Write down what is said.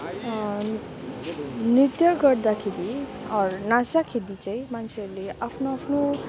नृत्य गर्दाखेरि अर नाच्दाखेरि चाहिँ मान्छेहरूले आफ्नो आफ्नो